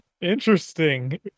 Interesting